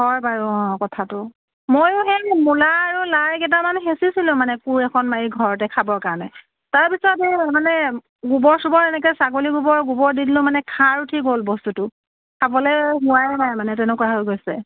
হয় বাৰু অ কথাটো ময়ো সেই মূলা আৰু লাই কেইটামান সিঁচিছিলোঁ মানে কোৰ এখন মাৰি ঘৰতে খাবৰ কাৰণে তাৰপিছত এই মানে গোবৰ চোবৰ এনেকৈ ছাগলী গোবৰ গোবৰ দি দিলোঁ মানে খাৰ উঠি গ'ল বস্তুটো খাবলৈ হোৱাই নাই মানে তেনেকুৱা হৈ গৈছে